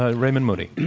ah raymond moody.